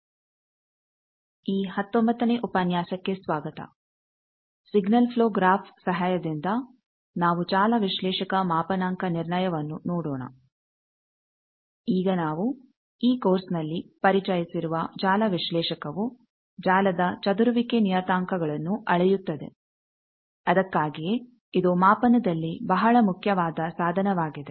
ಈಗ ನಾವು ಈ ಕೋರ್ಸ್ನಲ್ಲಿ ಪರಿಚಯಿಸಿರುವ ಜಾಲ ವಿಶ್ಲೇಷಕವು ಜಾಲದ ಚದುರುವಿಕೆ ನಿಯತಾಂಕಗಳನ್ನು ಅಳೆಯುತ್ತದೆ ಅದಕ್ಕಾಗಿಯೇ ಇದು ಮಾಪನದಲ್ಲಿ ಬಹಳ ಮುಖ್ಯವಾದ ಸಾಧನವಾಗಿದೆ